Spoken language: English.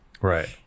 right